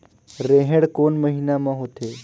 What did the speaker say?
रेहेण कोन महीना म होथे?